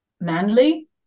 manly